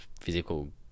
physical